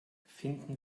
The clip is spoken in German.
finden